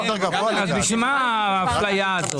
אז בשביל מה האפליה הזאת?